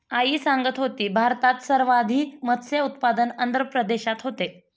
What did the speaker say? आई सांगत होती, भारतात सर्वाधिक मत्स्य उत्पादन आंध्र प्रदेशात होते